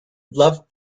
loved